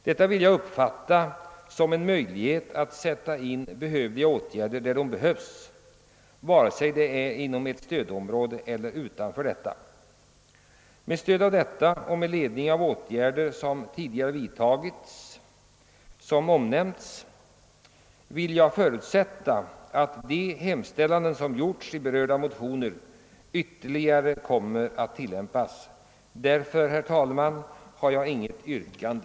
Detta vill jag uppfatta som en anvisning om att åtgärder bör sättas in där de behövs, vare sig det sker inom ett stödområde eller utanför detta. Jag hoppas och förutsätter att även de andra kraven i våra motioner kommer att föranleda åtgärder. Därför, herr talman, har jag inget yrkande.